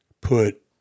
put